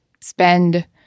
spend